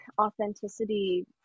authenticity